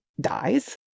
dies